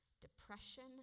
depression